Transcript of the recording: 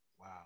Wow